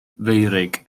feurig